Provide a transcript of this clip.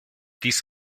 dies